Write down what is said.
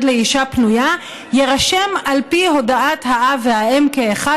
לאישה פנויה יירשם על פי הודעת האב והאם כאחד,